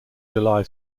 july